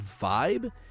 vibe